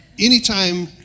anytime